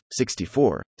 64